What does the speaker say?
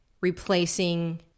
replacing